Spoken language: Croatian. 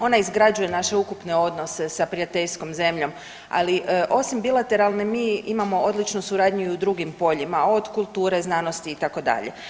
Ona izgrađuje naše ukupne odnose sa prijateljskom zemljom, ali osim bilateralne mi imamo i odličnu suradnju u drugim poljima, od kulture, znanosti itd.